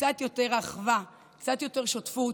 קצת יותר אחווה, קצת יותר שותפות,